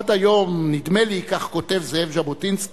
"עד היום נדמה לי", כך כותב ז'בוטינסקי,